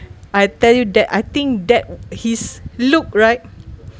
I tell you that I think that his look right